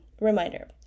reminder